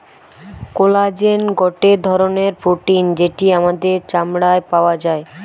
collagen গটে ধরণের protein যেটি আমাদের চামড়ায় পাওয়া যায়